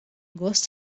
gost